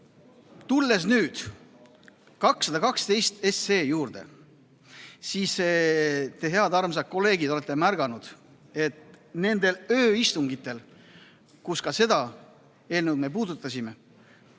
Tulles nüüd eelnõu 212 juurde, siis te, head ja armsad kolleegid, olete märganud, et nendel ööistungitel, kus me ka seda eelnõu puudutasime,